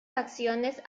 facciones